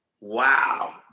Wow